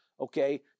Okay